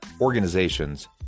organizations